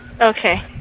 Okay